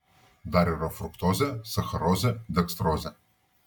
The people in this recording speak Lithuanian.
dar yra fruktozė sacharozė dekstrozė